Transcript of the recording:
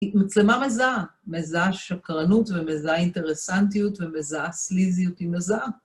היא מצלמה מזהה, מזהה שקרנות ומזהה אינטרסנטיות ומזהה סליזיות, היא מזהה.